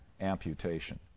amputation